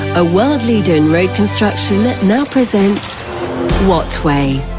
a world leader in road construction, now presents wattway,